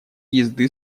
езды